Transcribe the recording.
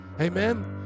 Amen